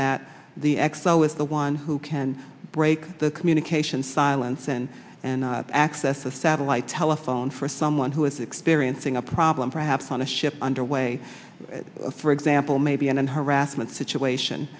that the xo is the one who can break the communication silence and and access the satellite telephone for someone who experiencing a problem perhaps on a ship underway for example maybe and in harassment situation